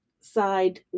side